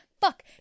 fuck